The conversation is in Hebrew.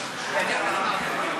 החדש.